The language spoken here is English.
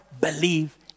believe